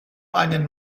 einen